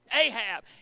Ahab